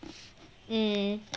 mm